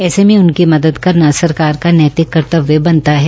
ऐसे में उनकी मदद करना सरकार का नैतिक कर्तव्य बनता है